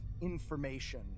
information